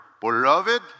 beloved